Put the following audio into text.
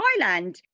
Thailand